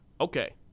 okay